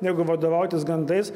negu vadovautis gandais